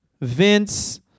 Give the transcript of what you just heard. Vince